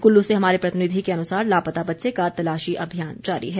कुल्लू से हमारे प्रतिनिधि के अनुसार लापता बच्चे का तलाशी अभियान जारी है